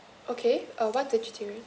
okay uh one vegeterian